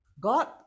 God